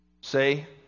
Say